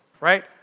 right